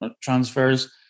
transfers